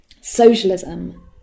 socialism